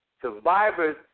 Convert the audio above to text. Survivors